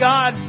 God